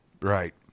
Right